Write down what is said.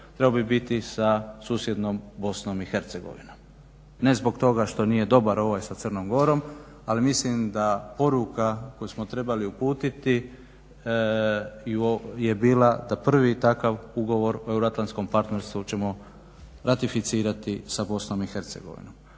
trebao bi biti sa susjednom BiH. ne zbog toga što nije dobar ovaj sa Crnom Gorom ali mislim da poruka koju smo trebali uputiti je bila da prvi takav ugovor o euroatlantskom partnerstvu ćemo ratificirati sa BiH.